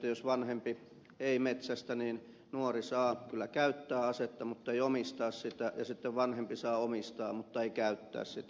jos vanhempi ei metsästä niin nuori saa kyllä käyttää asetta mutta ei omistaa sitä ja vanhempi saa omistaa mutta ei käyttää sitä